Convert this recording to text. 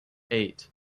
eight